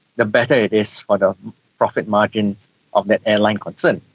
the better it is for the profit margins of the airline concerned.